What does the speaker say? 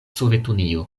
sovetunio